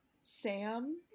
Sam